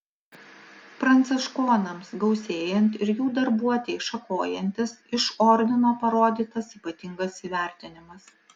pranciškonams gausėjant ir jų darbuotei šakojantis iš ordino parodytas ypatingas įvertinimas